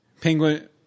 Penguin